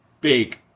big